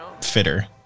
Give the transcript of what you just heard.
fitter